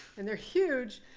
and they're huge.